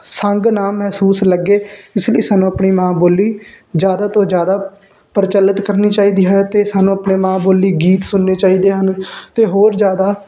ਸੰਗ ਨਾ ਮਹਿਸੂਸ ਲੱਗੇ ਇਸ ਲਈ ਸਾਨੂੰ ਆਪਣੀ ਮਾਂ ਬੋਲੀ ਜ਼ਿਆਦਾ ਤੋਂ ਜ਼ਿਆਦਾ ਪ੍ਰਚੱਲਿਤ ਕਰਨੀ ਚਾਹੀਦੀ ਹੈ ਅਤੇ ਸਾਨੂੰ ਆਪਣੇ ਮਾਂ ਬੋਲੀ ਗੀਤ ਸੁਣਨੇ ਚਾਹੀਦੇ ਹਨ ਅਤੇ ਹੋਰ ਜ਼ਿਆਦਾ